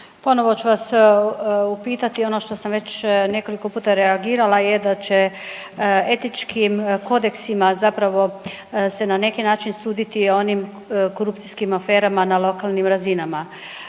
Ponovo ću vas upitati ono što sam već nekoliko puta reagirala je da će etičkim kodeksima zapravo se na neki način suditi onim korupcijskim aferama na lokalnim razinama.